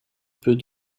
peut